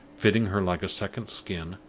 fitting her like a second skin,